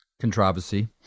Controversy